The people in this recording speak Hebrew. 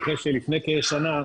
לפני כשנה,